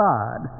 God